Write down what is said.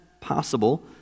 possible